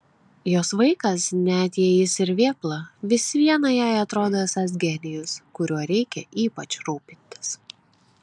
jos vaikas net jei jis ir vėpla vis viena jai atrodo esąs genijus kuriuo reikia ypač rūpintis